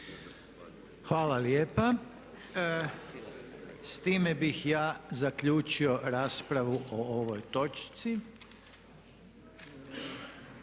Hvala lijepa. S time bih ja zaključio raspravu o ovoj točci.